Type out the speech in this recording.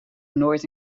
nooit